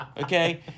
Okay